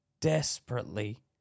desperately